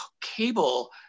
cable